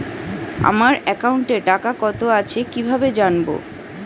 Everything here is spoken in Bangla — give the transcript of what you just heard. আমার একাউন্টে টাকা কত আছে কি ভাবে জানবো?